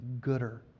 gooder